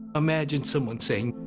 imagine someone saying,